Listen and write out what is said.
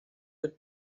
with